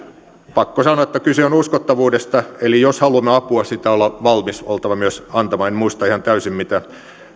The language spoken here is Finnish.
pakko sanoa että kyse on uskottavuudesta eli jos haluamme apua sitä on oltava valmis myös antamaan en muista ihan täysin mitä